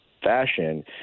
fashion